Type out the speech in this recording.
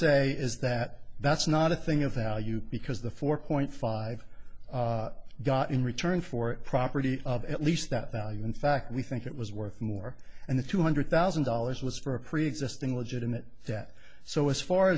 say is that that's not a thing of them because the four point five got in return for property of at least that value in fact we think it was worth more and the two hundred thousand dollars was for a preexisting legitimate debt so as far